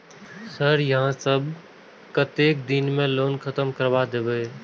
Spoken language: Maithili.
सर यहाँ सब कतेक दिन में लोन खत्म करबाए देबे?